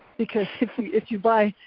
because if you if you buy,